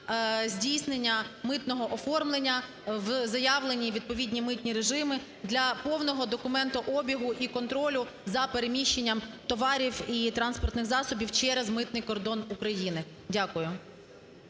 здійснення митного оформлення в заявлені відповідні митні режими для повного документообігу і контролю за переміщенням товарів і транспортних засобів через митний кордон України. Дякую.